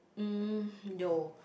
uh no